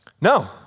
No